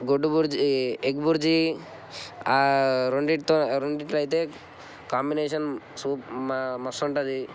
గుడ్డు బుర్జీ ఎగ్ బుర్జీ ఆ రెండిటితో రెండిటిలో అయితే కాంబినేషన్ సూపర్ మ మస్తు ఉంటుంది